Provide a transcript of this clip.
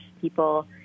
people